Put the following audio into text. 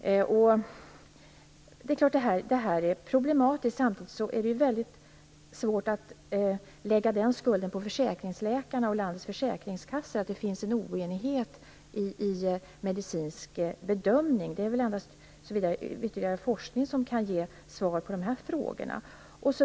Detta är självklart problematiskt, men samtidigt är det väldigt svårt att lägga skulden på försäkringsläkarna och landets försäkringskassor för den oenighet som finns i fråga om den medicinska bedömningen. Det är väl endast ytterligare forskning som kan ge svar på de här frågorna.